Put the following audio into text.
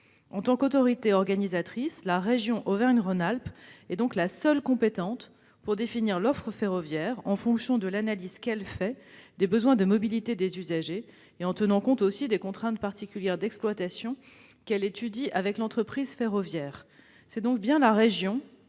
En tant qu'autorité organisatrice, cette région est donc la seule compétente pour définir l'offre ferroviaire en fonction de l'analyse qu'elle fait des besoins de mobilité des usagers et en tenant compte, aussi, des contraintes particulières d'exploitation qu'elle étudie avec l'entreprise ferroviaire. C'est donc bien la région